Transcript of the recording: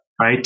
right